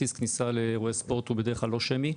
כרטיס כניסה לאירועי ספורט הוא בדרך כלל לא שמי.